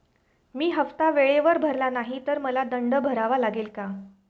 मी हफ्ता वेळेवर भरला नाही तर मला दंड भरावा लागेल का?